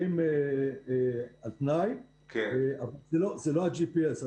משוחררים על תנאי, אבל זה לא ה-GPS.